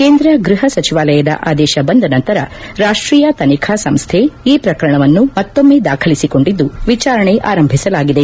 ಕೇಂದ್ರ ಗೃಹ ಸಚಿವಾಲಯದ ಆದೇಶ ಬಂದ ನಂತರ ರಾಷ್ಟೀಯ ತನಿಖಾ ಸಂಸ್ದೆ ಈ ಪ್ರಕರಣವನ್ನು ಮತ್ತೊಮ್ಮೆ ದಾಖಲಿಸಿಕೊಂಡಿದ್ದು ವಿಚಾರಣೆ ಆರಂಭಿಸಲಾಗಿದೆ